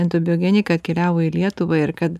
endobiogenika atkeliavo į lietuvą ir kad